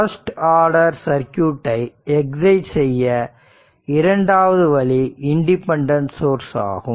first order சர்க்யூட்டை excite செய்ய இரண்டாவது வழி இன்டிபென்டன்ட் சோர்ஸ் ஆகும்